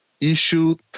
issued